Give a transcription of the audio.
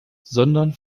sondern